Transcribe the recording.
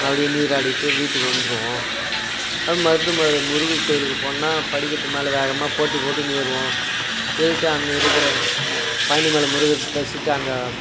மறுபடியும் நீராடிட்டு வீட்டுக்கு வந்துடுவோம் மருதமலை முருகன் கோவிலுக்கு போனேன்னா படிக்கட்டு மேலே வேகமாக போட்டி போட்டுன்னு ஏறுவோம் ஏறிட்டு அங்கே இருக்கிற பழனி மலை முருகன் தரிசித்துட்டு அங்கே